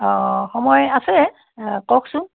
অঁ সময় আছে কওকচোন